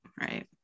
right